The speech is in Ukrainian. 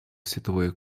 світової